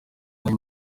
nayo